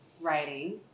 Writing